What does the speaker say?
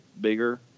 bigger